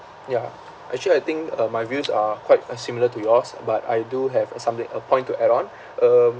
yeah actually I think uh my views are quite uh similar to yours but I do have a something a point to add on um